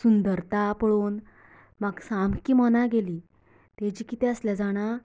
सुंदरता पळोवन म्हाका सामकें मनाक गेली तेची किदें आसलें जाणा